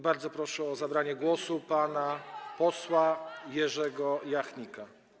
Bardzo proszę o zabranie głosu pana posła Jerzego Jachnika.